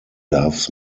loves